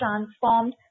transformed